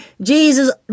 Jesus